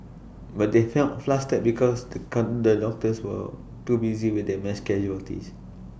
but they felt flustered because the come the doctors were too busy with the mass casualties